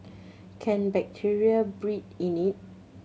can bacteria breed in it